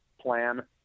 plan